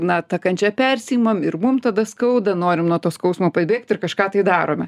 na tą kančią persiimam ir mum tada skauda norim nuo to skausmo pabėgt ir kažką tai darome